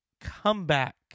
comeback